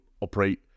operate